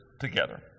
together